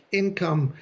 income